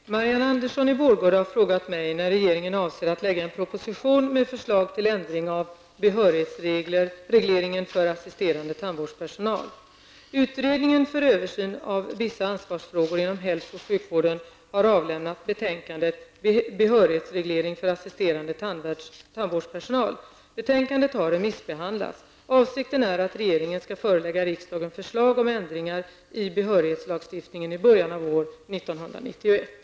Herr talman! Marianne Andersson i Vårgårda har frågat mig när regeringen avser att lägga fram en proposition med förslag till ändring av behörighetsregleringen för assisterande tandvårdspersonal. Utredningen för översyn av vissa ansvarsfrågor inom hälso och sjukvården har avlämnat betänkandet Behörighetsreglering för assisterande tandvårdspersonal. Betänkandet har remissbehandlats. Avsikten är att regeringen skall förelägga riksdagen förslag om ändringar i behörighetslagstiftningen i början av år 1991.